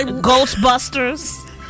Ghostbusters